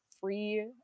free